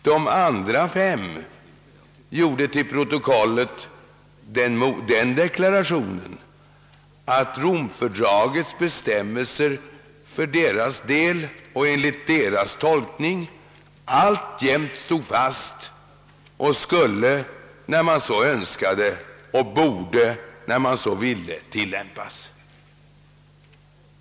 De andra fem gjorde till protokollet den deklaratio nen, att Romfördragets bestämmelser för deras del och enligt deras tolkning alltjämt gällde och skulle, när man så önskade, och borde, när man så ville, tillämpas.